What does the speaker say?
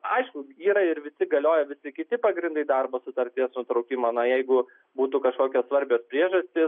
aišku yra ir visi galioja visi kiti pagrindai darbo sutarties nutraukimo na jeigu būtų kažkokios svarbios priežastys